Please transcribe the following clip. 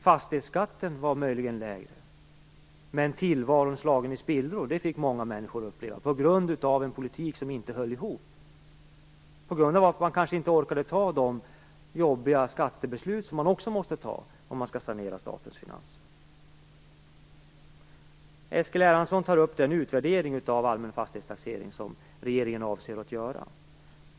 Fastighetsskatten var möjligen lägre, men tillvaron slagen i spillror fick många människor uppleva på grund av en politik som inte höll ihop på grund av att man kanske inte orkade fatta de jobbiga skattebeslut som man också måste fatta om man skall sanera statens finanser. Eskil Erlandsson tog upp den utvärdering av den allmänna fastighetstaxeringen som regeringen avser att göra.